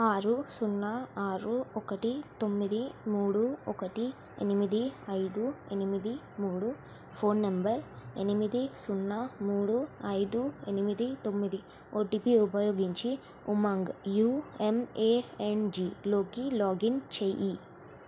ఆరు సున్నా ఆరు ఒకటి తొమ్మిది మూడు ఒకటి ఎనిమిది ఐదు ఎనిమిది మూడు ఫోన్ నంబర్ ఎనిమిది సున్నా మూడు ఐదు ఎనిమిది తొమ్మిది ఓటిపి ఉపయోగించి ఉమంగ్ యుఎంఎఎన్జిలోకి లాగిన్ చేయి